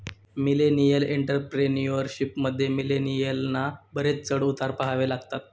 millennial entrepreneurship मध्ये, मिलेनियलना बरेच चढ उतार पहावे लागतात